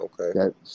Okay